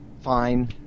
fine